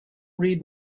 read